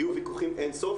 יהיו ויכוחים אין-סוף,